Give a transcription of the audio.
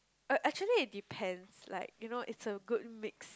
uh actually it depends like you know it's a good mix